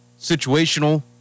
Situational